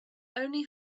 only